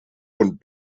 und